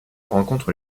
rencontre